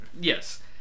yes